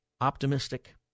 optimistic